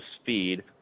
speed